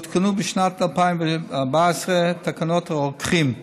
הותקנו בשנת 2014 תקנות הרוקחים,